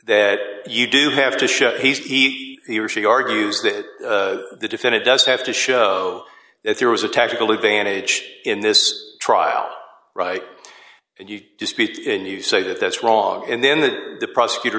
that you do have to show he he or she argues that the defendant does have to show that there was a tactical advantage in this trial right and you dispute in you say that that's wrong and then that the prosecutor